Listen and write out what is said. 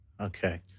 Okay